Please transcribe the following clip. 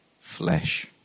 flesh